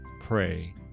pray